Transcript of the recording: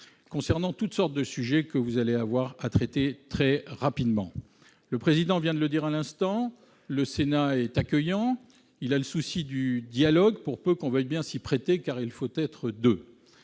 et sur toutes sortes de sujets que vous aurez à traiter très rapidement. Le président Larcher vient de le dire à l'instant, le Sénat est accueillant ; il a le souci du dialogue, pour peu que l'on veuille bien s'y prêter, car il faut être deux